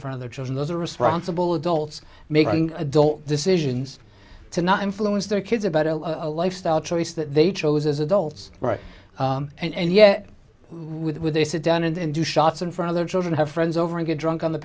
front of their children those are responsible adults making adult decisions to not influence their kids about a lifestyle choice that they chose as adults right and yet with they sit down and do shots in front of their children have friends over and get drunk on the